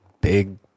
big